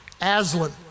Aslan